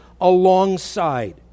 alongside